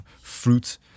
fruit